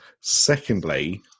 Secondly